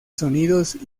sonidos